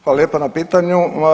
Hvala lijepa na pitanju.